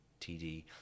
td